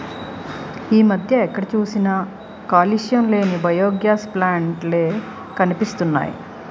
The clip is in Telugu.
ఈ మధ్య ఎక్కడ చూసినా కాలుష్యం లేని బయోగాస్ ప్లాంట్ లే కనిపిస్తున్నాయ్